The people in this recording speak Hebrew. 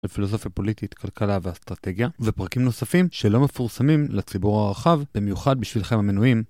על פילוסופיה פוליטית, כלכלה ואסטרטגיה ופרקים נוספים שלא מפורסמים לציבור הרחב, במיוחד בשבילכם המנויים.